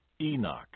Enoch